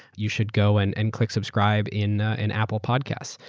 you should go and and click subscribe in in apple podcast.